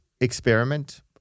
experiment